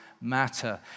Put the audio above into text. matter